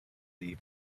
lee